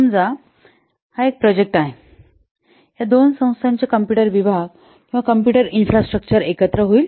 समजा हा एक प्रोजेक्ट आहे या दोन संस्थांचे कॉम्पुटर विभाग किंवा कॉम्पुटर इन्फ्रास्ट्रक्चर एकत्र होईल